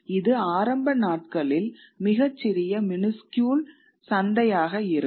இது ஆரம்ப நாட்களில் மிகச் சிறிய மினிஸ்க்யூல் சந்தையாக இருக்கும்